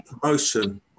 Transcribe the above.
promotion